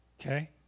Okay